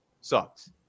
Sucks